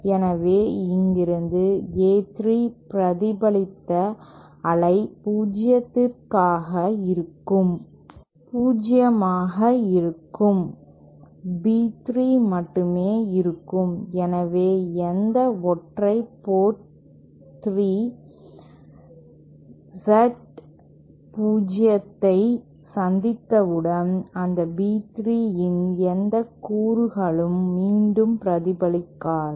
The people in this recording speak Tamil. எனவே இங்கிருந்து A3 பிரதிபலித்த அலை 0 ஆக இருக்கும் B 3 மட்டுமே இருக்கும் எனவே எந்த ஒற்றை போர்ட் 3 Z0 ஐ சந்தித்தவுடன் அந்த B3 இன் எந்த கூறுகளும் மீண்டும் பிரதிபலிக்காது